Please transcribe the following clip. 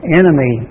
enemy